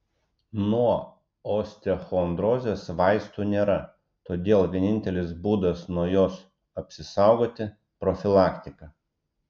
nuo osteochondrozės vaistų nėra todėl vienintelis būdas nuo jos apsisaugoti profilaktika